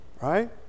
right